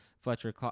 Fletcher